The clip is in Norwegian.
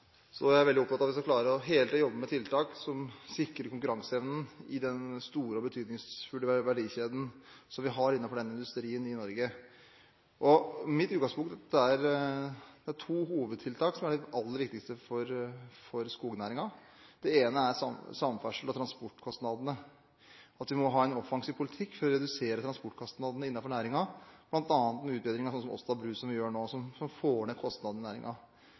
Så er jeg veldig opptatt av at vi hele tiden skal klare å jobbe med tiltak som sikrer konkurranseevnen i den store og betydningsfulle verdikjeden som vi har innenfor den industrien i Norge. Mitt utgangspunkt er at det er to hovedtiltak som er det aller viktigste for skognæringen. Det ene er samferdsel og transportkostnadene, at vi må ha en offensiv politikk for å redusere transportkostnadene innenfor næringen, bl.a. med utbedring av Åsta bru, som vi gjør nå, som får ned kostnadene i